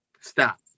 Stop